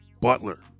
Butler